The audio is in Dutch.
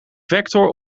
vector